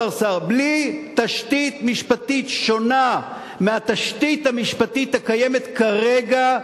השר סער: בלי תשתית משפטית שונה מהתשתית המשפטית הקיימת כרגע,